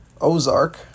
Ozark